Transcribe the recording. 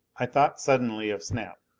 i thought suddenly of snap.